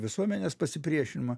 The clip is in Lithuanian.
visuomenės pasipriešinimo